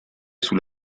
sous